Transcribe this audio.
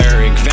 Eric